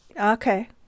Okay